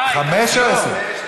חמש או עשר?